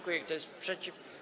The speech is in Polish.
Kto jest przeciw?